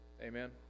Amen